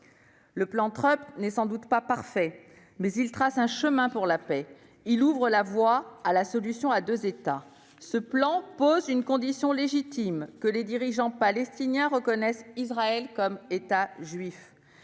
Le plan Trump n'est sans doute pas parfait, mais il trace un chemin pour la paix. Il ouvre la voie à une solution à deux États. Le plan pose une condition légitime : que les dirigeants palestiniens reconnaissent Israël comme un État juif.